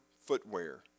footwear